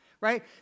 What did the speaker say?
right